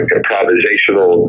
Improvisational